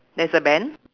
there's a bank